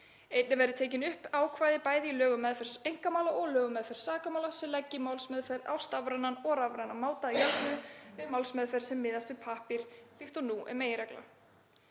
Einnig verði tekin upp ákvæði bæði í lög um meðferð einkamála og lög um meðferð sakamála sem leggi málsmeðferð á stafrænan og rafrænan máta að jöfnu við málsmeðferð sem miðast við pappír líkt og nú er meginreglan.